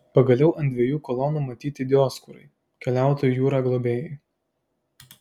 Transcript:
pagaliau ant dviejų kolonų matyti dioskūrai keliautojų jūra globėjai